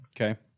Okay